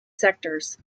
sectors